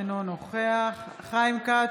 אינו נוכח חיים כץ,